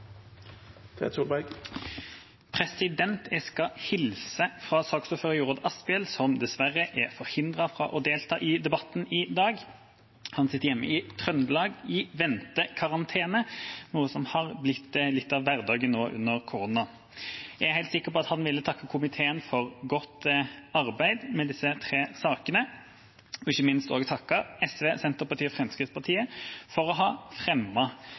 Tvedt Solberg. Jeg skal hilse fra saksordfører Jorodd Asphjell, som dessverre er forhindret fra å delta i debatten i dag. Han sitter hjemme i Trøndelag i ventekarantene, noe som har blitt litt av hverdagen nå under koronaen. Jeg er helt sikker på at han ville ha takket komiteen for godt arbeid med disse tre sakene, og ikke minst også SV, Senterpartiet og Fremskrittspartiet for å ha